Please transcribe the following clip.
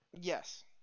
Yes